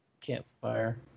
Campfire